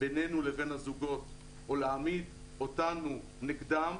בינינו לבין הזוגות או להעמיד אותנו נגדם